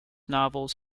novels